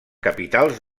capitals